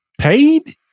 Paid